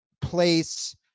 place